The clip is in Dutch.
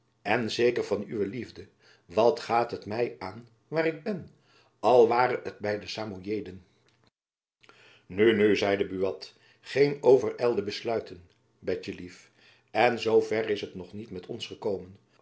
en zeker van uwe liefde wat gaat het my aan waar ik ben al ware t by de samojeden nu nu zeide buat geen overijlde besluiten betjenlief en zoo ver is het nog niet met ons gekomen